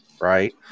right